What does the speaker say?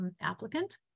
applicant